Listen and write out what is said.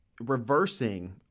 reversing